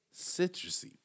citrusy